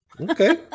Okay